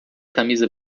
camisa